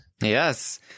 Yes